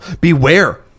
Beware